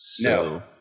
No